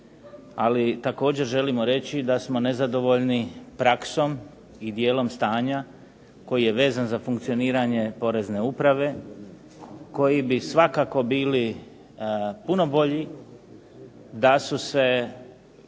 ali također želimo reći da smo nezadovoljni praksom i dijelom stanja koji je vezan za funkcioniranje porezne uprave koji bi svakako bili puno bolji da su se